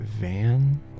van